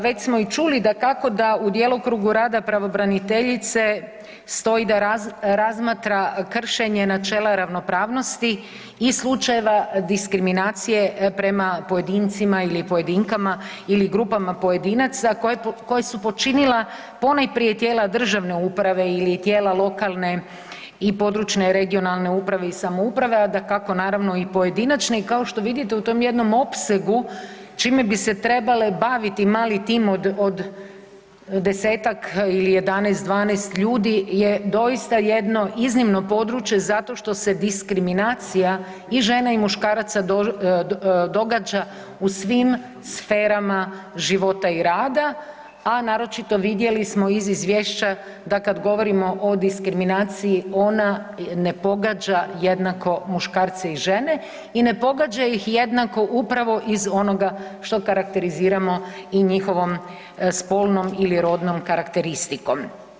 Već smo i čuli, dakako da u djelokrugu rada pravobraniteljice stoji da razmatra kršenje načela ravnopravnosti i slučajeva diskriminacije prema pojedincima ili pojedinkama ili grupama pojedinaca koje su počinila ponajprije tijela državne uprave ili tijela lokalne i područne (regionalne) uprave samouprave, a dakako naravno i pojedinačne, i kao što vidite u tom jednom opsegu čime bi se trebale baviti mali tim od desetak ili 11, 12 ljudi je doista jedno iznimno područje zato što se diskriminacija i žena i muškaraca događa u svim sferama života i rada, a naročito, vidjeli smo iz izvješća da kad govorimo o diskriminaciji, ona ne pogađa jednako muškarce i žene i ne pogađa ih jednako upravo iz onoga što karakteriziramo i njihovom spolnom ili rodnom karakteristikom.